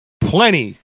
plenty